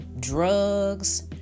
Drugs